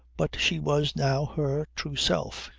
but she was now her true self,